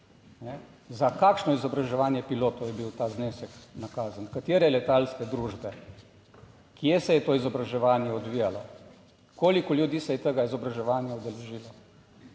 za kakšno izobraževanje pilotov je bil ta znesek nakazan, katere letalske družbe, kje se je to izobraževanje odvijalo, koliko ljudi se je tega izobraževanja udeležilo.